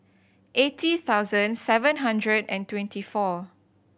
eighty thousand seven hundred and twenty four